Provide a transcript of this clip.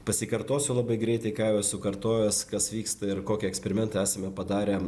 pasikartosiu labai greitai ką jau esu kartojęs kas vyksta ir kokį eksperimentą esame padarę